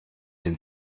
den